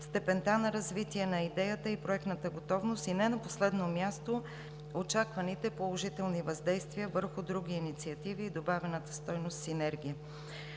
степента на развитие на идеята и проектната готовност, и не на последно място, очакваните положителни въздействия върху други инициативи и добавената стойност, синергия.